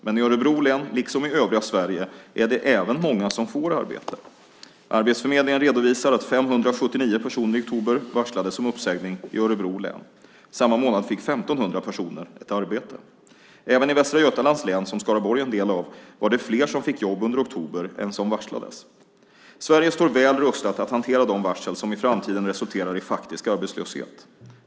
Men i Örebro län, liksom i övriga Sverige, är det även många som får arbete. Arbetsförmedlingen redovisar att 579 personer i oktober varslades om uppsägning i Örebro län. Samma månad fick 1 500 personer ett arbete. Även i Västra Götalands län, som Skaraborg är en del av, var det fler som fick jobb under oktober än som varslades. Sverige står väl rustat att hantera de varsel som i framtiden resulterar i faktisk arbetslöshet.